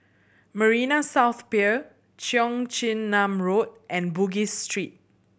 Marina South Pier Cheong Chin Nam Road and Bugis Street